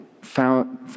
found